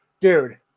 dude